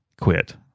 Quit